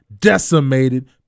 decimated